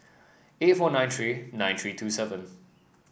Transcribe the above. eight four nine three nine three two seven